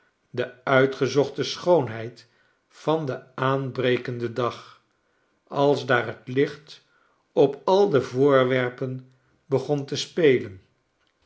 de uitgezochte schoonheid van den aanbrekenden dag als daar het licht op al de voorwerpen begon te spelen